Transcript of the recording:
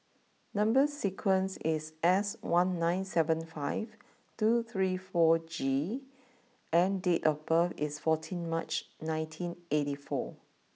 number sequence is S one nine seven five two three four G and date of birth is fourteen March nineteen eighty four